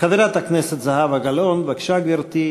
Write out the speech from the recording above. חברת הכנסת זהבה גלאון, בבקשה, גברתי.